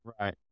Right